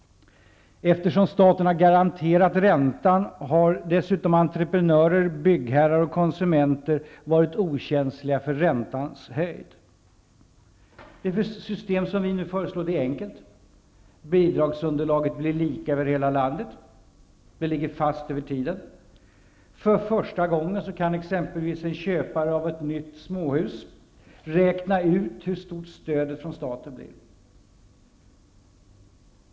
Eftersom staten har garanterat räntan har dessutom entreprenörer, byggherrar och konsumenter varit okänsliga för räntans höjd. Det system vi nu föreslår är enkelt. Bidragsunderlaget blir lika över hela landet och ligger fast över tiden. För första gången kan en köpare av ett nytt småhus räkna ut hur stort stödet från staten blir.